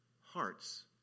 hearts